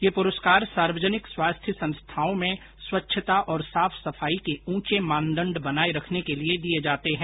ये पुरस्कार सार्वजनिक स्वास्थ्य संस्थाओं में स्वच्छता और साफ सफाई के ऊर्चे मानदंड बनाए रखने के लिए दिए जाते हैं